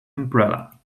umbrella